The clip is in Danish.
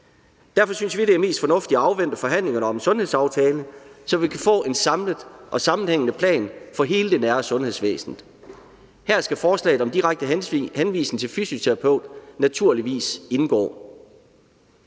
Derfor synes vi, at det er mest fornuftigt at afvente forhandlingerne om en sundhedsaftale, så vi kan få en samlet og sammenhængende plan for hele det nære sundhedsvæsen. Her skal forslaget om direkte henvisning til fysioterapi naturligvis indgå.